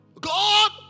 God